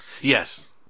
Yes